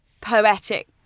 poetic